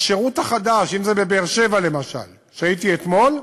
השירות החדש, אם בבאר-שבע, למשל, שהייתי אתמול,